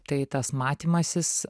tai tas matymasis